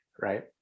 right